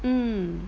mm